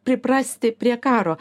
priprasti prie karo